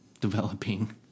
developing